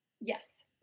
Yes